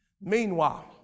meanwhile